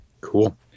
Cool